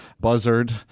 Buzzard